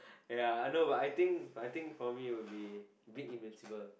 ya I know but I think I think for me it will be big invincible